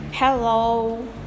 Hello